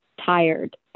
tired